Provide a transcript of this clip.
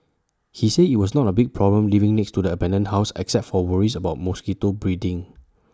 he said IT was not A big problem living next to the abandoned house except for worries about mosquito breeding